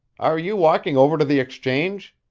are you walking over to the exchange?